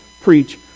preach